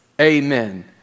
amen